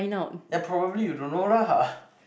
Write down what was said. then probably you don't know lah